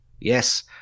Yes